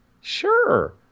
Sure